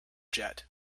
jet